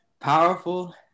powerful